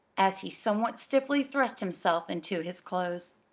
as he somewhat stiffly thrust himself into his clothes.